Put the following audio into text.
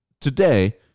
today